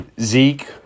Zeke